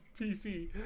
PC